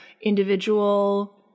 individual